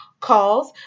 calls